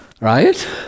Right